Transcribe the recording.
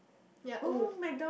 ya oh